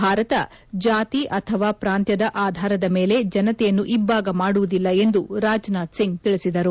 ಭಾರತ ಜಾತಿ ಅಥವಾ ಪ್ರಾಂತ್ವದ ಆಧಾರದ ಮೇಲೆ ಜನತೆಯನ್ನು ಇಬ್ಬಾಗ ಮಾಡುವುದಿಲ್ಲ ಎಂದು ರಾಜನಾಥ್ಸಿಂಗ್ ತಿಳಿಸಿದರು